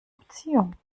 beziehung